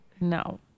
No